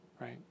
right